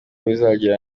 bizagera